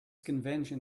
convention